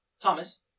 Thomas